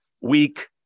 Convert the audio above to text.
weak